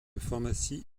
pharmacie